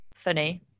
funny